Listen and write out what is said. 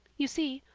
you see,